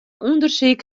ûndersyk